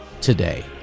today